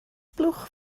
blwch